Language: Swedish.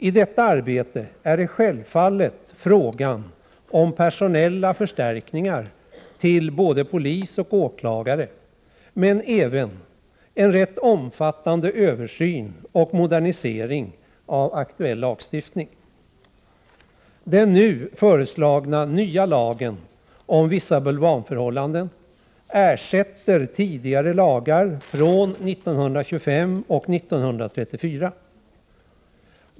I detta arbete är det självfallet fråga om personella förstärkningar till både polis och åklagare, men det är även fråga om en rätt omfattande översyn och modernisering av aktuell lagstiftning. Den nu föreslagna nya lagen om vissa bulvanförhållanden ersätter tidigare lagar från 1925 och 1934.